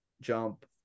jump